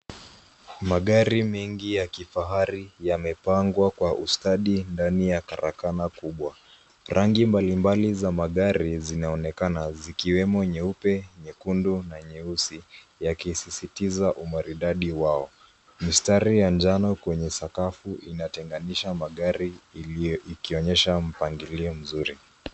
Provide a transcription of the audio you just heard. Magari mengi ya kifahari yamepangwa kwa ustadi ndani ya karakana kubwa .Rangi mbalimbali za magari zinaonekana zikiwemo nyeupe, nyekundu na nyeusi yakisisitiza umaridadi wao. Mistari ya njano kwenye sakafu inatenganisha magari ikionyesha mpangilio mzuri.